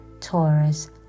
Taurus